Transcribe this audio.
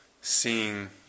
seeing